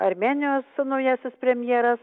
armėnijos naujasis premjeras